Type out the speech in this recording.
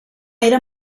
era